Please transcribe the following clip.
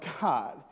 God